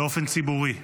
באופן ציבורי.